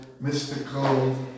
mystical